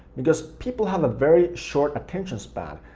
because people have a very short attention span,